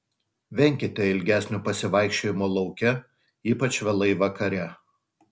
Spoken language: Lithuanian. venkite ilgesnių pasivaikščiojimų lauke ypač vėlai vakare